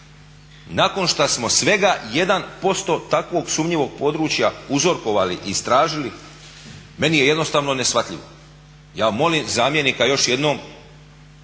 nakon šta smo svega 1% takvog sumnjivog područja uzorkovali i istražili meni je jednostavno neshvatljivo. Ja molim zamjenika još jednom